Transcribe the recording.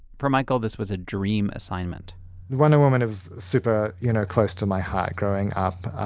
for michael this was a dream assignment wonder woman was super you know close to my heart growing up.